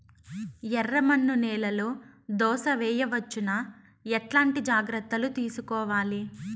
ఎర్రమన్ను నేలలో దోస వేయవచ్చునా? ఎట్లాంటి జాగ్రత్త లు తీసుకోవాలి?